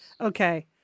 Okay